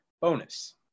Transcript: bonus